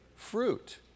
fruit